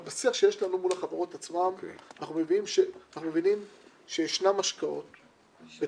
ובשיח שיש לנו מול החברות עצמן אנחנו מבינים שישנן השקעות בתשתיות,